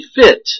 fit